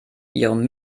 ihrem